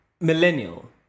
millennial